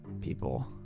people